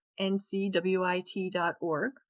ncwit.org